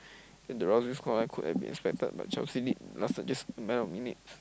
then the rousing scoreline could have been expected that Chelsea lead lasted just matter of minutes